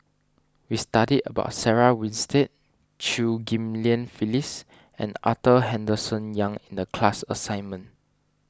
we studied about Sarah Winstedt Chew Ghim Lian Phyllis and Arthur Henderson Young in the class assignment